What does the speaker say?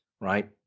right